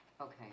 Okay